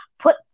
put